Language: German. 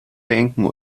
denken